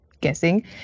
guessing